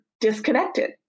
disconnected